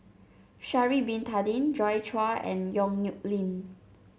Sha'ari Bin Tadin Joi Chua and Yong Nyuk Lin